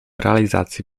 realizacji